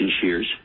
shears